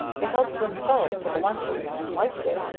they helped themselves to the luncheon, and liked it,